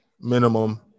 minimum